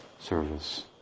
service